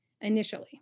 initially